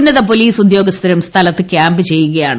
ഉന്നത പോലീസ് ഉദ്യോഗസ്ഥരും സ്ഥലത്ത് ക്യാമ്പ് ചെയ്യുകയാണ്